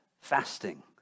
fasting